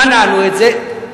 מנענו את זה.